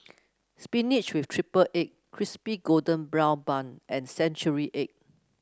spinach with triple egg Crispy Golden Brown Bun and Century Egg